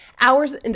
hours